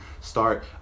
start